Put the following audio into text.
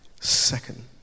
Second